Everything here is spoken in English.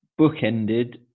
bookended